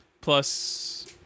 Plus